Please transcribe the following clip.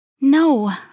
No